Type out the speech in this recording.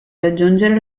raggiungere